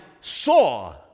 saw